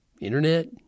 internet